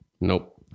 Nope